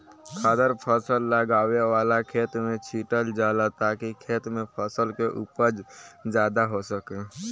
खादर फसल लगावे वाला खेत में छीटल जाला ताकि खेत में फसल के उपज ज्यादा हो सके